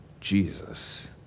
Jesus